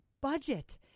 budget